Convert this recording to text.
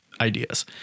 ideas